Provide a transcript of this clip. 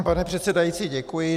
Pane předsedající, děkuji.